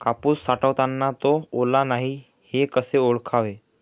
कापूस साठवताना तो ओला नाही हे कसे ओळखावे?